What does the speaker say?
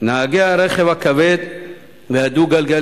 נהגי הרכב הכבד והדו-גלגלי,